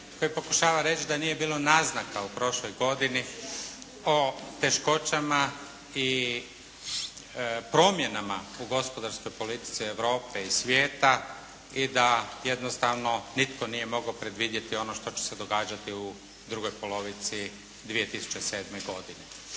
koji pokušava reći da nije bilo naznaka u prošloj godini o teškoćama i promjenama u gospodarskoj politici Europe i svijeta i da jednostavno nitko nije mogao predvidjeti ono što će se događati u drugoj polovici 2007. godine.